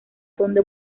donde